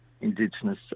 Indigenous